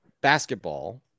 basketball